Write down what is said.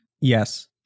yes